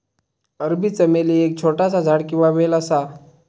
अरबी चमेली एक छोटासा झाड किंवा वेल असा